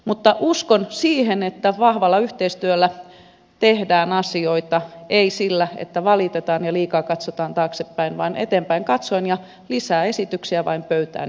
mutta uskon siihen että vahvalla yhteistyöllä tehdään asioita ei sillä että valitetaan ja liikaa katsotaan taaksepäin vaan eteenpäin katsoen ja lisää esityksiä vain pöytään jokaiselta